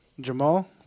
Jamal